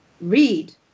Read